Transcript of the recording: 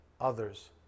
others